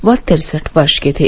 वह तिरसठ वर्ष के थे